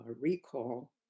recall